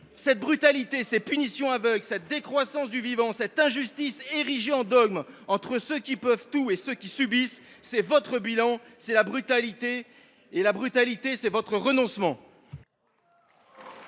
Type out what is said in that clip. Cette brutalité, ces punitions aveugles, cette décroissance du vivant, cette injustice érigée en dogme entre ceux qui peuvent tout et ceux qui subissent, c’est votre bilan. Voilà la brutalité ! Et la brutalité, c’est votre renoncement